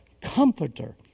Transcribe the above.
comforter